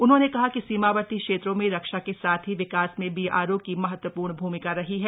उन्होंने कहा कि सीमावर्ती क्षेत्रों में रक्षा के साथ ही विकास में बीआरओ की महत्वपूर्ण भूमिका रही है